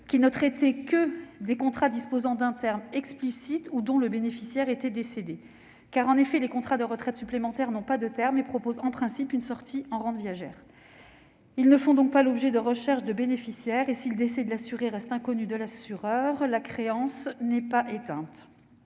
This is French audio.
ne traitait que des contrats assortis d'un terme explicite ou dont le bénéficiaire était décédé. Or les contrats de retraite supplémentaire n'ont pas de terme et prévoient en principe une sortie en rente viagère. Ils ne font donc pas l'objet de recherche de bénéficiaires et, si le décès de l'assuré reste inconnu de l'assureur, la créance n'est pas éteinte.